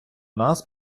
нас